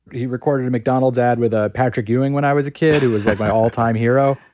he recorded a mcdonald's ad with ah patrick ewing when i was a kid, who was my all-time hero.